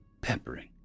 peppering